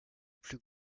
plus